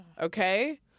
okay